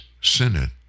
Senate